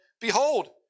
Behold